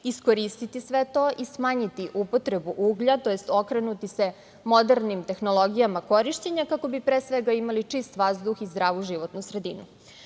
iskoristiti sve to i smanjiti upotrebu uglja, tj. okrenuti se modernim tehnologijama korišćenja, kako bi pre svega imali čist vazduh i zdravu životnu sredinu. Dodala